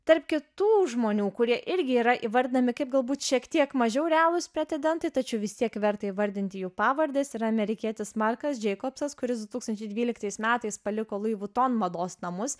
tarp kitų žmonių kurie irgi yra įvardinami kaip galbūt šiek tiek mažiau realūs pretendentai tačiau vis tiek verta įvardinti jų pavardes tai yra amerikietis marcas jacobsas kuris du tūkstančiai dvyliktais metais paliko louis vuitton mados namus